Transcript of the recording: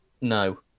No